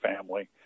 family